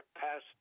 passed